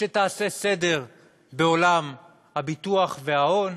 שתעשה סדר בעולם הביטוח וההון,